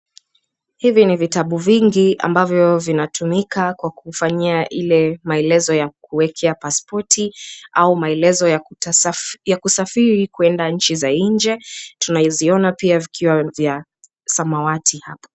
Hivi ni vitabu vingi ambavyo vinatumika kwa kufanyia ile maelezo ya kuwekea paspoti au maelezo ya kusafiri kuenda nchi za nje. Tunaziona pia vikiwa vya samawati hapo.